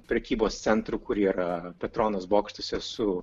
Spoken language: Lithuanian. prekybos centrų kur yra petronas bokštuose su